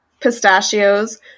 pistachios